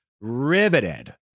Riveted